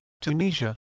Tunisia